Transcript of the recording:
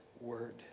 word